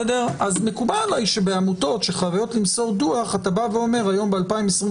אז מקובל עליי שבעמותות שחייבות למסור דוח אתה בא ואומר היום ב-2022: